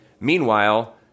Meanwhile